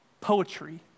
poetry